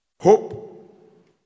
hope